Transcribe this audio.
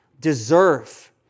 deserve